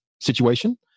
situation